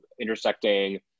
intersecting